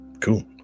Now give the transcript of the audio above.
Cool